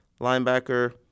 linebacker